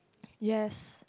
yes